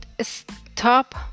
stop